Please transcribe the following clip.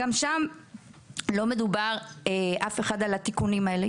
גם שם לא מדובר על התיקונים האלה.